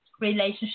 relationship